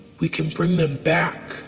we can bring them back